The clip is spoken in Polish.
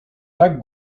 tak